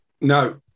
No